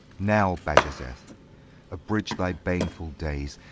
now, bajazeth, abridge thy baneful days,